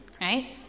right